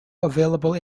available